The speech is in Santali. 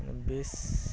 ᱵᱮᱥᱻ